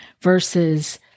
versus